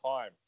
time